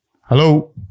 hello